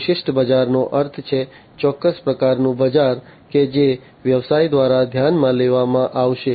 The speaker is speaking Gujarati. વિશિષ્ટ બજારનો અર્થ છે ચોક્કસ પ્રકારનું બજાર કે જે વ્યવસાય દ્વારા ધ્યાનમાં લેવામાં આવશે